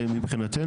מבחינתנו,